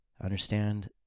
Understand